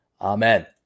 Amen